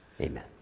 Amen